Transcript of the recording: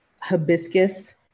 hibiscus